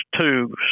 two